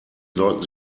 sollten